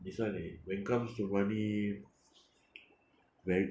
this one eh when comes to money very